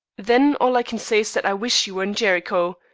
then all i can say is that i wish you were in jericho.